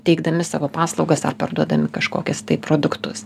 teikdami savo paslaugas ar parduodami kažkokius tai produktus